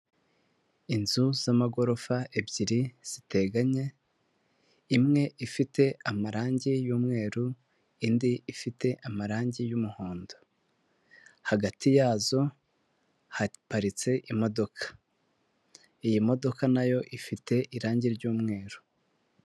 Inzu z'amagorofa ebyiri ziteganye, imwe ifite amarangi y'umweru indi ifite amarangi y'umuhondo. Hagati yazo haparitse imodoka. Iyi modoka nayo ifite irangi ry'umweru.